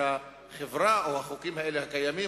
שהחברה או החוקים הקיימים,